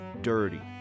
dirty